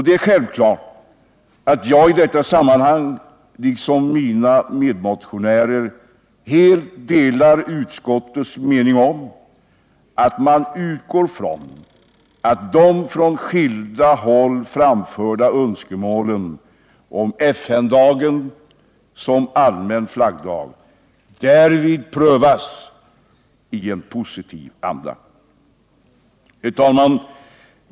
Det är självklart att jag i detta sammanhang, liksom mina medmotionärer, helt delar utskottets mening om att man utgår från att de från skilda håll framförda önskemålen om FN-dagen som allmän flaggdag därvid prövas i en positiv anda.